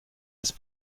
ist